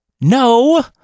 No